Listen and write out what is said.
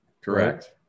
Correct